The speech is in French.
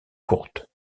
courtes